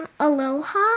Aloha